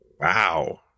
Wow